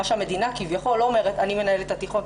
מה שהמדינה לא אומרת: אני מנהלת התיכון,